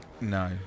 No